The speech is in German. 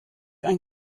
ein